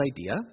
idea